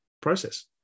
process